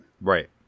Right